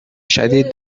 شدید